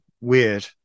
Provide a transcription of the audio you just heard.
weird